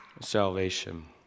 salvation